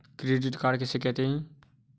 Credit card किसे कहते हैं?